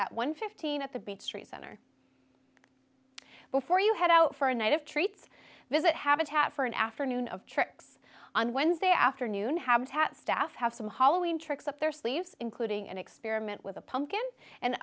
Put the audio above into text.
and fifteen at the beech tree center before you head out for a night of treats visit habitat for an afternoon of tricks on wednesday afternoon habitat staff have some hollowing tricks up their sleeves including an experiment with a pumpkin and